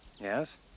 Yes